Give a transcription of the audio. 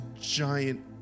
giant